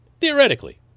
Theoretically